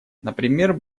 например